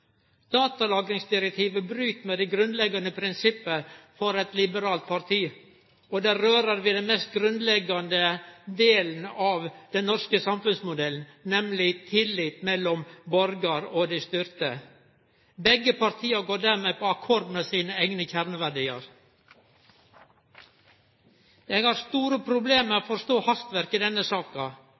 Datalagringsdirektivet bryt med det grunnleggjande prinsippet for eit liberalt parti, og det rører ved den mest grunnleggjande delen av den norske samfunnsmodellen, nemleg tillit mellom borgar og dei styrande. Begge partia går dermed på akkord med sine eigne kjerneverdiar. Eg har store problem med å forstå hastverket i denne saka.